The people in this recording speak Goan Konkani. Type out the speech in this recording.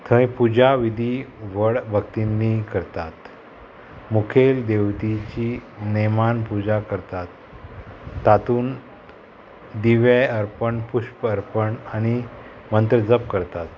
थंय पुजा विधी व्हड भक्तीनी करतात मुखेल देवतीची नेमान पुजा करतात तातूंत दिवे अर्पण पुश्प अर्पण आनी मंत्रजप करतात